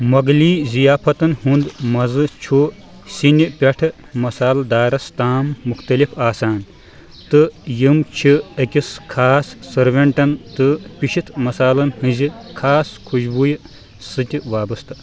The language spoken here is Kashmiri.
مۄغلی ضِیافتن ہُنٛد مزٕ چھُ سِنہِ پٮ۪ٹھٕ مسالہٕ دارس تام مُختٔلف آسان تہٕ یم چھے٘ أکس خاص سرٛوینٛٹن تہٕ پِشتھ مسالن ہٕنٛزِ خاص خُشبویہ سۭتہِ وابسطہٕ